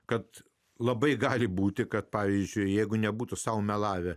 kad labai gali būti kad pavyzdžiui jeigu nebūtų sau melavę